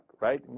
right